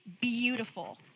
beautiful